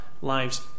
lives